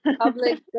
public